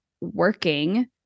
working